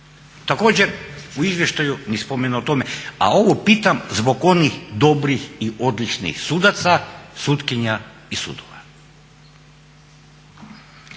Također u izvještaju ni spomena o tome, a ovo pitam zbog onih dobrih i odličnih sudaca, sutkinja i sudova.